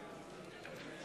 נגד